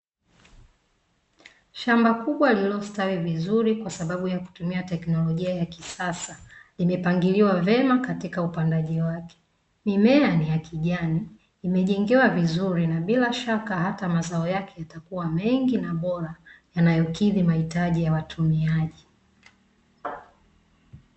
Shamba kubwa lililostawi vizuri kwasababu ya kutumia teknolojia ya kisasa imepangiliwa vyema katika upandaji wake. Mimea ni ya kijani, imejengewa vizuri na bila shaka hata mazao yake yatakuwa mengi na bora yanayokidhi mahitaji ya watumiaji.